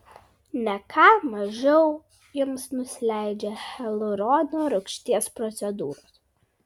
ne ką mažiau joms nusileidžia hialurono rūgšties procedūros